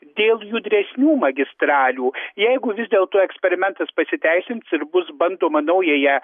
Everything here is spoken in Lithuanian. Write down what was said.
dėl judresnių magistralių jeigu vis dėlto eksperimentas pasiteisins ir bus bandoma naująją